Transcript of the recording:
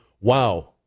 wow